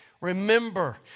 remember